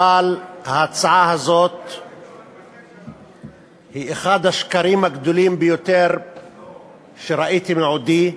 אבל ההצעה הזאת היא אחד השקרים הגדולים ביותר שראיתי מעודי.